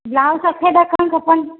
blouse अठें तक खणु खपनि